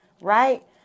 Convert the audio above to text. right